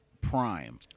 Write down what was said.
Prime